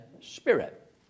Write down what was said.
Spirit